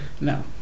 No